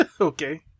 Okay